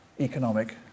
economic